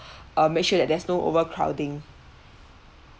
um make sure that there's no overcrowding